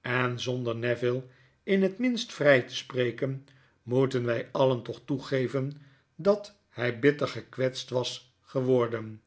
en zonder neville in het minst vrij te spreken moeten wy alien toch toegeven dat hy bitter gekwetst was geworden